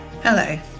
Hello